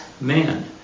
man